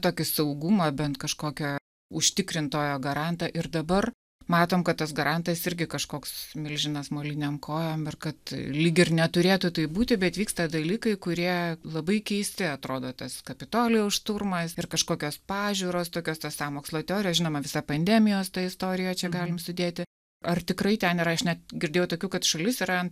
tokį saugumą bent kažkokio užtikrintojo garantą ir dabar matom kad tas garantas irgi kažkoks milžinas molinėm kojom ir kad lyg ir neturėtų taip būti bet vyksta dalykai kurie labai keisti atrodo tas kapitolijaus šturmas ir kažkokios pažiūros tokios tos sąmokslo teorijos žinoma visą pandemijos tą istoriją čia galim sudėti ar tikrai ten ir aš net girdėjau tokių kad šalis yra